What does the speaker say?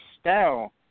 style